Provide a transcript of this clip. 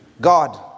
God